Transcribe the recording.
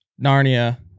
Narnia